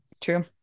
True